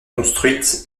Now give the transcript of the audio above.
construite